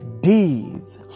deeds